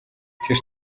тэр